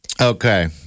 okay